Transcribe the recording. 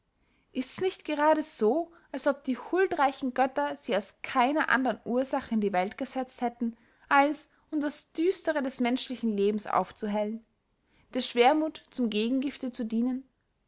ists nicht gerade so als ob die huldreichen götter sie aus keiner andern ursache in die welt gesetzt hätten als um das düstere des menschlichen lebens aufzuhellen der schwermuth zum gegengifte zu dienen